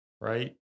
right